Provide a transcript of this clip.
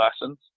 lessons